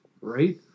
Right